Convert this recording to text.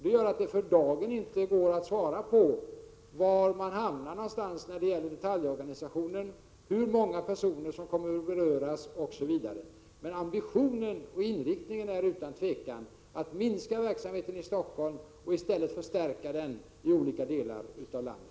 Det gör att det för dagen inte går att ge besked om var man hamnar när det gäller detaljorganisationen, hur många personer som kommer att beröras osv. Men ambitionen och inriktningen är utan tvivel att minska verksamheten i Stockholm och att i stället förstärka verksamheten i olika delar av landet.